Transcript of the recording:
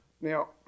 Now